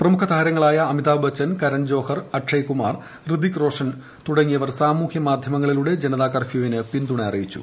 പ്രമുഖ താരങ്ങളായ അമിതാഭ് ബച്ചൻ കരൻ ജോഹർ അക്ഷയ് കുമാർ ഹൃതിക് റോഷൻ തുടങ്ങിയവർ സാമൂഹ്യ മാധ്യമങ്ങളിലൂടെ ജനതാ കർഫ്യൂവിന് പിന്തുണ അറിയിച്ചു